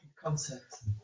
concepts